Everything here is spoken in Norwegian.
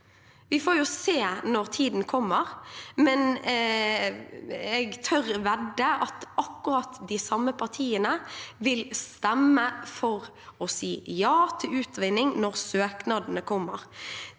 Vi får se når tiden kommer, men jeg tør vedde på at akkurat de samme partiene vil stemme for å si ja til utvinning når søknadene kommer.